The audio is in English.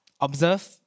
Observe